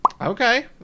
Okay